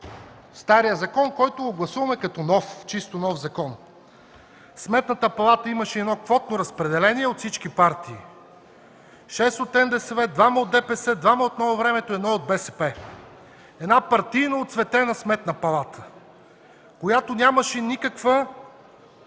старият закон, който гласуваме като чисто нов закон? Сметната палата имаше едно квотно разпределение от всички партии: 6 от НДСВ, 2 от ДПС, 2 от „Новото време” и 1 от БСП. Една партийно оцветена Сметна палата, която нямаше никакъв